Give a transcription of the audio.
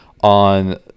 on